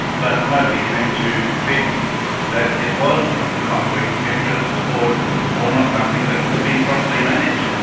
but nobody seemed to think that it was a conflict of interest, or or not something that could be properly managed.